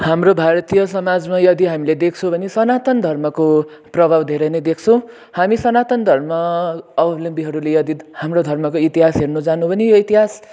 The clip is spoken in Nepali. हाम्रो भारतीय समाजमा यदि हामीले देख्छौँ भने सनातन धर्मको प्रभाव धेरै नै देख्छौँ हामी सनातन धर्मावलम्बीहरूले यदि हाम्रो धर्मको इतिहास हेर्न जानु हो भने यो इतिहास